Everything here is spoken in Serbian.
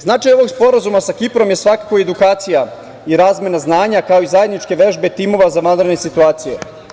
Značaj ovog sporazuma sa Kiprom je svakako i edukacija i razmena znanja, kao i zajedničke vežbe timova za vanredne situacije.